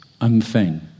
Unthing